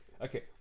Okay